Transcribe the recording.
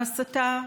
ההסתה,